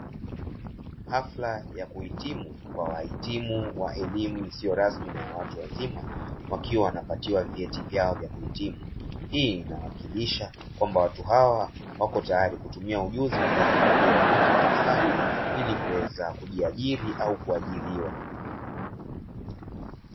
Hafla ya kuhitimu kwa wahitimu wa elimu isiyo rasmi na yawatu wazima wakiwa wanapatiwa vyeti vyao vya kuhitimu, Hii inawakilisha kwamba watu hawa wako tayali kutumia ujuzi na maarifa waliyo yapata darasani ili kuweza kujiajiri au kuajiliwa.